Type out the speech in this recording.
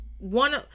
One